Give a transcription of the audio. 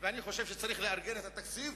ואני חושב שצריך לארגן את התקציב,